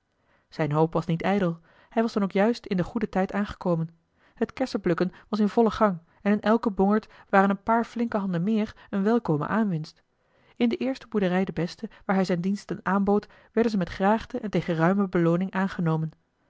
zijne hoop was niet ijdel hij was dan ook juist in den goeden tijd aangekomen het kersenplukken was in vollen gang en in elken bongerd waren een paar flinke handen meer eene welkome aanwinst in de eerste boerderij de beste waar hij zijne diensten aanbood werden ze met graagte en tegen ruime belooning aangenomen